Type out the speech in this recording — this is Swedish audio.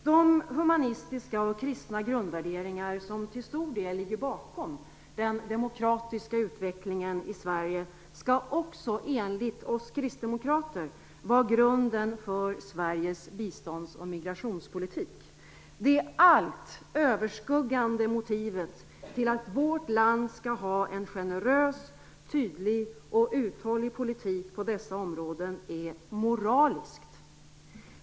De humanistiska och kristna grundvärderingar som till stor del ligger bakom den demokratiska utvecklingen i Sverige skall enligt oss kristdemokrater också vara grunden för Sveriges bistånds och migrationspolitik. Det allt överskuggande motivet till att vårt land skall föra en generös, tydlig och uthållig politik på dessa områden är moraliskt.